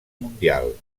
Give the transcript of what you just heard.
mundial